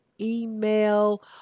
email